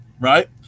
Right